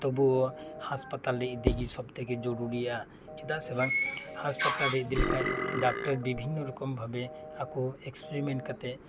ᱛᱚᱵᱩᱣᱳ ᱦᱟᱸᱥᱯᱟᱛᱟᱞ ᱤᱫᱤᱜᱮ ᱥᱚᱵᱽ ᱛᱷᱮᱠᱮ ᱡᱚᱨᱩᱨᱤᱭᱟ ᱪᱮᱫᱟᱜ ᱥᱮ ᱵᱟᱝ ᱦᱟᱸᱥᱯᱟᱛᱟᱞ ᱨᱮ ᱤᱫᱤ ᱞᱮᱠᱷᱟᱱ ᱰᱟᱠᱛᱟᱨ ᱵᱤᱵᱷᱤᱱᱱᱚ ᱨᱚᱠᱚᱢ ᱵᱷᱟᱵᱮ ᱟᱠᱚ ᱮᱠᱥᱯᱮᱨᱤᱢᱮᱱᱴ ᱠᱟᱛᱮᱫ